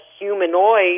humanoid